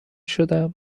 شدم